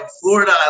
Florida